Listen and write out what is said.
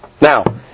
Now